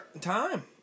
time